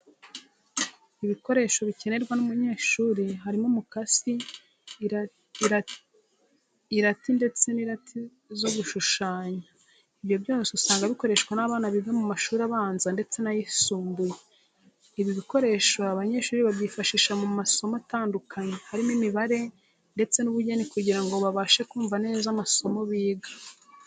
Ibikoresho bikenerwa n'umunyeshuri, harimo umukasi, irati ndende n'irati zo gushushanya. Ibyo byose usanga bikoreshwa n'abana biga mu mashuri abanza ndetse n'ayisumbuye. Ibi bikoresho abanyeshuri babyifashisha mu masomo atandukanye, harimo imibare ndetse n'ubugenge kugira ngo babashe kumva neza amasomo biga.